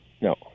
No